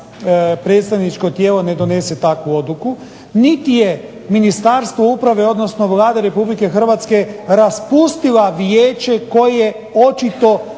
predstavničko tijelo ne donese takvu odluku. Niti je Ministarstvo uprave, odnosno Vlada Republike Hrvatske raspustila Vijeće koje očito